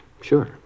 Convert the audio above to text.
Sure